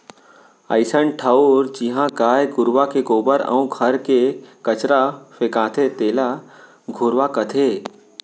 अइसन ठउर जिहॉं गाय गरूवा के गोबर अउ घर के कचरा फेंकाथे तेला घुरूवा कथें